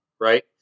right